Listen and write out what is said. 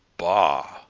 bah!